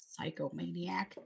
Psychomaniac